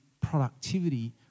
productivity